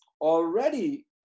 already